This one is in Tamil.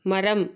மரம்